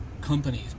companies